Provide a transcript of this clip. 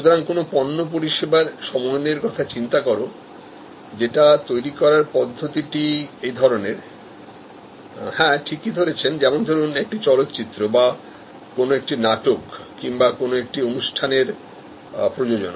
সুতরাং কোন পণ্য পরিষেবার সমন্বয়েরকথাচিন্তা করো যেটাতৈরি করার পদ্ধতিটি এই ধরনের যেমন ধরুন একটি চলচ্চিত্র বা কোন একটি নাটক কিংবা কোন একটি অনুষ্ঠানের প্রযোজনা